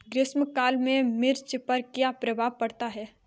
ग्रीष्म काल में मिर्च पर क्या प्रभाव पड़ता है?